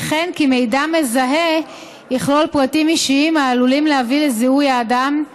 וכן כי "מידע מזהה" יכלול פרטים אישיים העלולים להביא לזיהוי האדם,